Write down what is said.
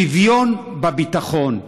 שוויון בביטחון.